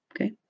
Okay